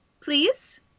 please